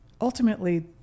ultimately